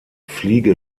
fliege